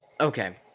Okay